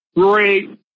great